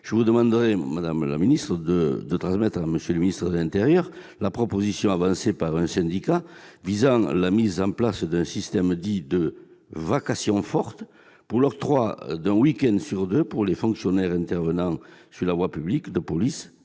je vous demanderai, madame la secrétaire d'État, de transmettre à M. le ministre d'État, ministre de l'intérieur la proposition avancée par un syndicat visant la mise en place d'un système dit « de vacation forte », avec l'octroi d'un week-end sur deux pour les fonctionnaires intervenant sur la voie publique en police